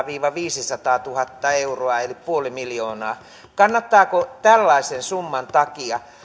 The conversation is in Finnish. viiva viisisataatuhatta euroa eli puoli miljoonaa kannattaako tällaisen summan takia